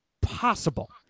possible